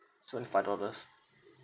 seventy five dollars